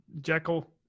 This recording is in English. Jekyll